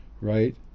Right